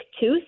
tooth